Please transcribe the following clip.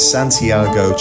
Santiago